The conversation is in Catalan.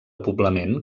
poblament